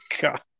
God